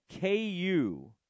KU